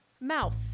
mouth